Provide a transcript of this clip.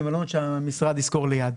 במלונות שהמשרד ישכור ליד,